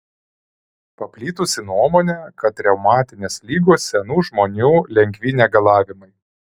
paplitusi nuomonė kad reumatinės ligos senų žmonių lengvi negalavimai